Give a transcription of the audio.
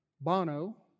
Bono